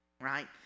right